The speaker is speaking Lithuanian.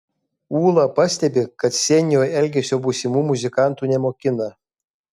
ūla pastebi kad sceninio elgesio būsimų muzikantų nemokina